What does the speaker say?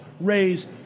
raise